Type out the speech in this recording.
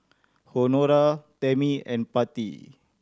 Honora Tammy and Patti